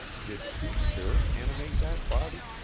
did two spirits animate that body?